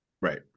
Right